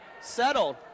Settled